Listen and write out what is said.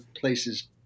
places